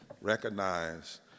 recognize